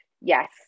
yes